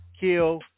Kill